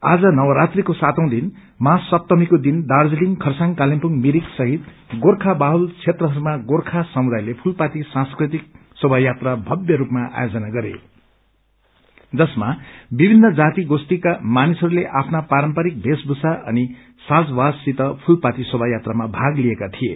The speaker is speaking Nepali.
आज नवरात्रीको सातौ दिन महासप्तमीको दिन दार्जीलिङ खरसाङ कालेबुङ मिरिक सहित गोर्खा बाहुल क्षेत्रहरूमा गोर्खा समुदायले फूलपाती सांस्कृतिक शोभा यात्रा भव्य रूपमा आयोजन गरे जसमा विभिन्न जाति गोष्ठीका मानिसहरूले आफ्ना पारम्परिक भेषभूषा अनि साजवाजसित फूलपाती शोभा यात्रामा भाग लिएका थिए